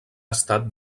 estat